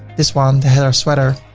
this one, um the heather sweater,